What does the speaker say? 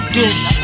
dish